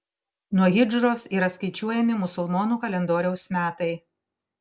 nuo hidžros yra skaičiuojami musulmonų kalendoriaus metai